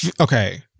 okay